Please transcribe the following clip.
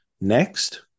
next